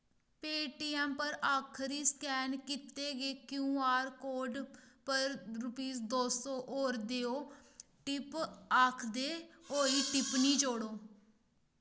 पे T M पर आखरी scan कीते गे क्यूआर कोड पर रूपीस दो सौ होर देओ टिप आखदे होई टिप्पनी जोड़ो